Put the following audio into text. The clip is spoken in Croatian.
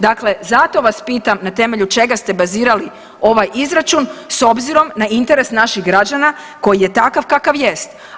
Dakle, zato vas pitam na temelju čega ste bazirali ovaj izračun s obzirom na interes naših građana koji je takav kakav jest.